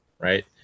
right